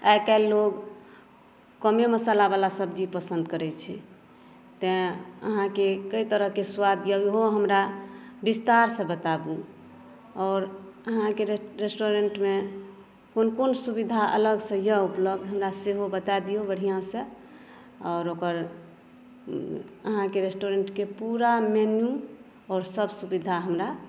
आई काल्हि लोक कमे मसाला वाला सब्जी पसन्द करै छी तैं अहाँके कय तरहके स्वाद यहो हमरा विस्तार से बताबु आओर अहाँके रेस्टुरेन्टमे कोन कोन सुविधा अलग से यऽ उपलब्ध हमरा सेहो बता दियौ बढ़िऑं सँ आओर ओकर अहाँके रेस्टुरेन्टके पुरा मेन्यू आओर सभ सुविधा हमरा